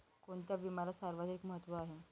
कोणता विम्याला सर्वाधिक महत्व आहे?